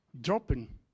dropping